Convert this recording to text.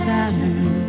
Saturn